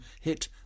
hit